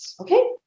okay